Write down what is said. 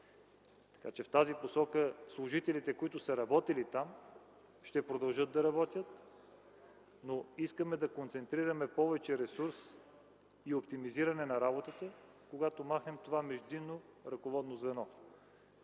В тази посока служителите, които са работили там, ще продължат да работят, но искаме да концентрираме повече ресурс и оптимизираме работата, когато махнем това междинно ръководно звено.